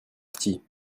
partie